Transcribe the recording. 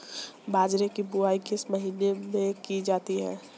बाजरे की बुवाई किस महीने में की जाती है?